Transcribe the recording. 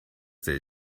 they